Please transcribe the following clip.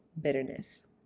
bitterness